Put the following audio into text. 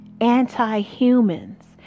anti-humans